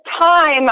time